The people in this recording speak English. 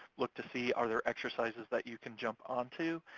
look to see are there exercises that you can jump onto.